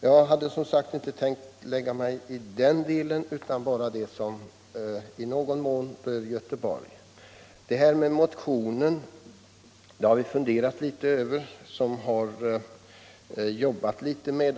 Jag skall emellertid inte gå närmare in på det utan koncentrerar mig till frågor som i någon mån berör Göteborg.